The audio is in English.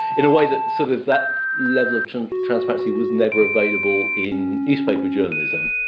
in a way that so that that level of transparency was never available in newspaper journalism.